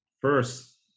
first